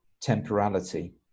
temporality